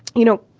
you know,